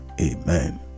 Amen